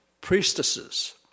priestesses